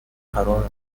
قرارمون